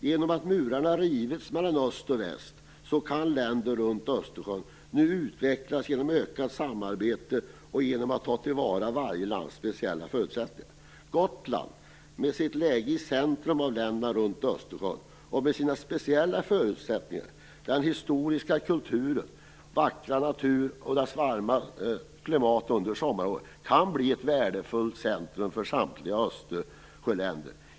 Genom att murarna har rivits mellan öst och väst kan länderna runt Östersjön nu utvecklas genom ett ökat samarbete och genom att varje lands speciella förutsättningar tas till vara. Gotland, som är beläget i centrum av länderna runt Östersjön, har speciella förutsättningar - den historiska kulturen, den vackra naturen och det varma klimatet under sommarmånaderna - och kan därför bli ett värdefullt centrum för samtliga Östersjöländer.